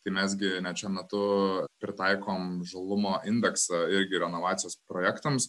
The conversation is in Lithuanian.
tai mes gi net šiuo metu pritaikom žalumo indeksą irgi renovacijos projektams